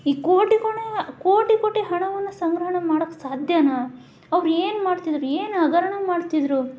ಈ ಕೋಟಿ ಕೋಣ ಕೋಟಿ ಕೋಟಿ ಹಣವನ್ನು ಸಂಗ್ರಹಣೆ ಮಾಡಕ್ಕೆ ಸಾಧ್ಯವಾ ಅವ್ರು ಏನು ಮಾಡ್ತಿದ್ದರು ಏನು ಹಗರಣ ಮಾಡ್ತಿದ್ದರು